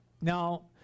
Now